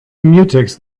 mutex